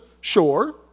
Sure